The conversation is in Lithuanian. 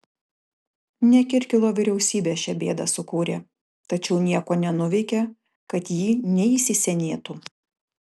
ne kirkilo vyriausybė šią bėdą sukūrė tačiau nieko nenuveikė kad ji neįsisenėtų